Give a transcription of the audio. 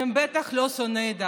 הם בטח לא שונאי דת,